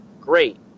great